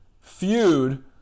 feud